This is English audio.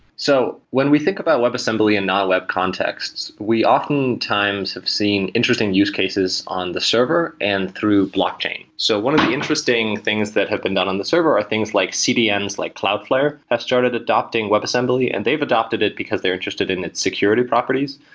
so when we think about webassembly and not web contexts, we often times have seen interesting use cases on the server and through blockchain. so one of the interesting things that have been done on the server are things like cdns, like cloudflare, has started adopting webassembly and they've adopted it because they're interested in its security properties.